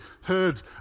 heard